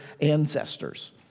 ancestors